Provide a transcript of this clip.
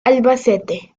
albacete